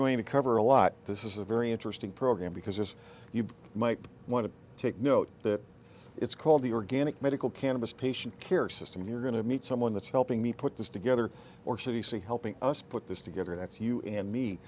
going to cover a lot this is a very interesting program because as you might want to take note that it's called the organic medical cannabis patient care system you're going to meet someone that's helping me put this together or c d c helping us put this together that's you and me